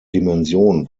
dimension